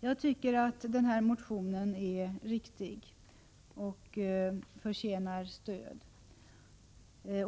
Jag tycker att denna motion är riktig och förtjänar stöd.